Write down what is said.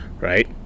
Right